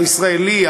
הישראלי,